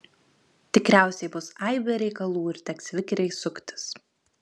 tikriausiai bus aibė reikalų ir teks vikriai suktis